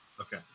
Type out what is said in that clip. Okay